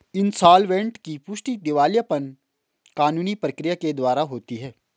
insolvent की पुष्टि दिवालियापन कानूनी प्रक्रिया के द्वारा होती है